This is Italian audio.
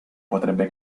potrebbe